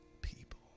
people